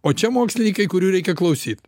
o čia mokslininkai kurių reikia klausyt